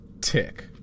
tick